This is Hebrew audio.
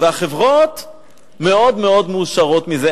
והחברות מאוד מאוד מאושרות מזה.